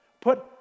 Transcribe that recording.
Put